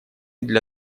для